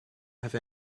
have